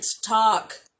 talk